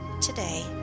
today